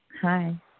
Hi